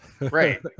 Right